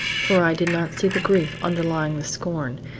for i did not see the grief underlying the scorn,